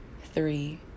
three